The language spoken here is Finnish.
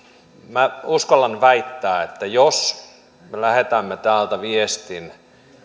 uskallan väittää että jos lähetämme täältä viestin